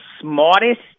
smartest